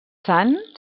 sant